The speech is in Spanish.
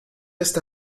esta